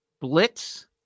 blitz